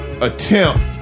attempt